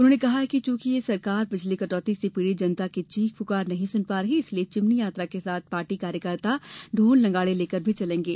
उन्होंने कहा कि चूंकि यह सरकार बिजली कटौती से पीड़ित जनता की चीख पुकार नहीं सुन पा रही है इसलिए चिमनी यात्रा के साथ पार्टी ढोल नगाड़े लेकर भी चलेगे